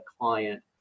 client